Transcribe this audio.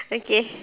okay